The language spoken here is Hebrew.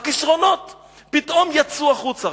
הכשרונות פתאום יצאו החוצה.